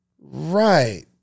Right